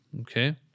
okay